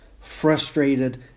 frustrated